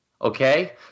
okay